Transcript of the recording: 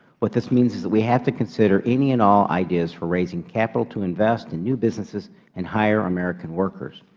what this means is that we have to consider any and all ideas for raising capital to invest in new businesses and hire american workers.